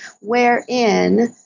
wherein